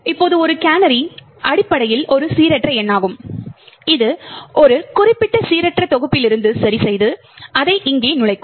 இப்போது ஒரு கேனரி அடிப்படையில் ஒரு சீரற்ற எண்ணாகும் இது ஒரு குறிப்பிட்ட சீரற்ற தொகுப்பிலிருந்து சரிசெய்து அதை இங்கே நுழைக்கும்